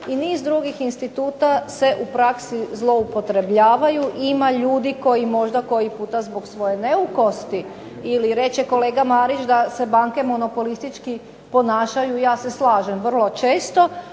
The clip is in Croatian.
i niz drugih instituta se u praksi zloupotrebljavaju i ima ljudi koji možda koji puta zbog svoje neukosti ili reče kolega Marić da se banke monopolistički ponašaju, ja se slažem vrlo često.